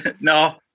No